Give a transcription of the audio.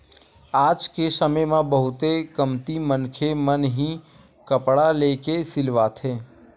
आज के समे म बहुते कमती मनखे मन ही कपड़ा लेके सिलवाथे